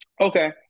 Okay